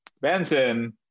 Benson